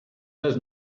does